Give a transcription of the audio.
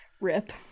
rip